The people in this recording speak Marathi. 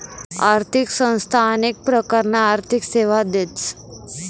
आर्थिक संस्था अनेक प्रकारना आर्थिक सेवा देतस